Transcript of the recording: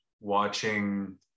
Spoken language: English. watching